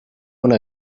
una